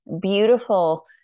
beautiful